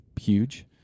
huge